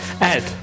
Ed